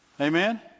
Amen